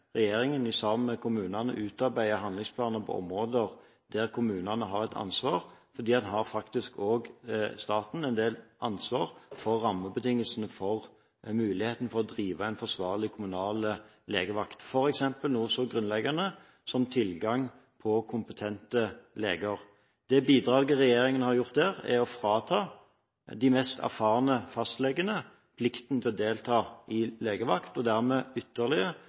regjeringen sammen med kommunene utarbeider handlingsplaner på områder der kommunene har et ansvar. For staten har faktisk en del ansvar for rammebetingelsene og mulighetene for å drive en forsvarlig, kommunal legevakt – f.eks. noe så grunnleggende som tilgang på kompetente leger. Det bidraget regjeringen har gitt her, er å frata de mest erfarne fastlegene plikten til å delta i legevakt. Dermed øker presset ytterligere